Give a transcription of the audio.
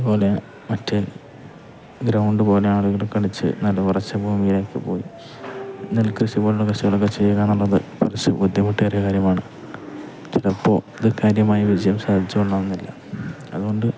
അതുപോലെ മറ്റ് ഗ്രൗണ്ട് പോലെ ആളുകൾ കളിച്ച് നല്ല ഉറച്ച ഭൂമിയിലേക്ക് പോയി നെൽകൃഷി പോലുള്ള കൃഷികളൊക്കെ ചെയ്യുക എന്നുള്ളത് കുറച്ച് ബുദ്ധിമുട്ടേറിയ കാര്യമാണ് ചിലപ്പോൾ ഇത് കാര്യമായി വിജയം സാധിച്ചുകൊള്ളണമെന്നില്ല അതുകൊണ്ട്